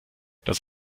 das